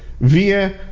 via